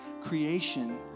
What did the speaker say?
creation